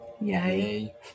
Yay